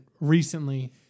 recently